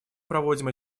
проводим